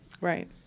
Right